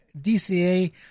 DCA